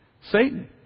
Satan